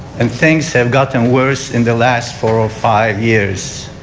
and things have gotten worse in the last four or five years.